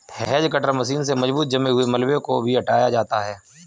hedge cutter machine से मजबूत जमे हुए मलबे को भी हटाया जाता है